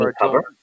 cover